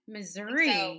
Missouri